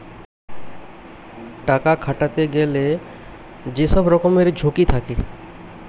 টাকা খাটাতে গেলে যে সব রকমের ঝুঁকি থাকে